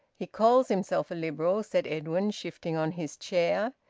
he calls himself a liberal, said edwin, shifting on his chair.